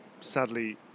sadly